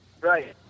Right